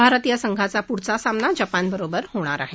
भारतीय संघाचा पुढचा सामना जपानबरोबर होणार आहे